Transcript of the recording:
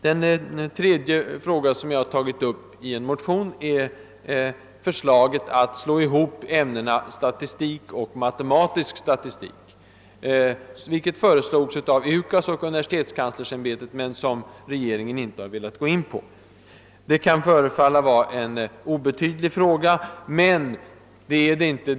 Den tredje fråga som jag tagit upp i en motion är förslaget att slå ihop ämnena statistik och matematisk statistik, vilket framfördes av UKAS men som regeringen inte velat gå med på. Frågan kan förefalla obetydlig, men det är den inte.